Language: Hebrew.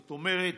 זאת אומרת,